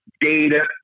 data